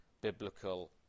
biblical